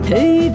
Hey